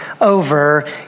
over